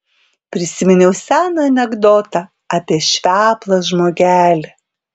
prisiminiau seną anekdotą apie šveplą žmogelį